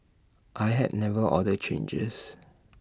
I have never ordered changes